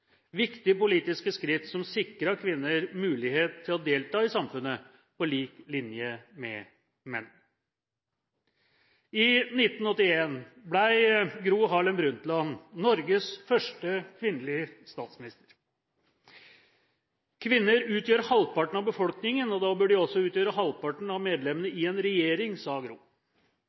viktige politiske skritt som sikret kvinner mulighet til å delta i samfunnet på lik linje med menn. I 1981 ble Gro Harlem Brundtland Norges første kvinnelige statsminister. Kvinner utgjør halvparten av befolkningen og da bør de også utgjøre halvparten av medlemmene i en regjering,